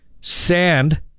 Sand